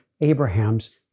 Abraham's